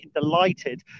delighted